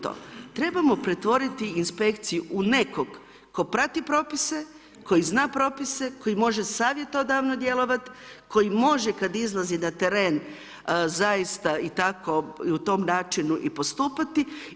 Trebamo pretvoriti inspekciju u nekog tko prati propise, tko zna propise, koji može savjetodavno djelovati, koji može kada izlazi na teren zaista i tako u tom načinu i postupati.